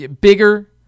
bigger